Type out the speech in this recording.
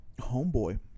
homeboy